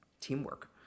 teamwork